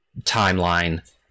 timeline